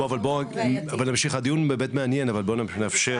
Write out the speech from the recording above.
בואו נמשיך ונאפשר